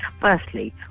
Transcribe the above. Firstly